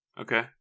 Okay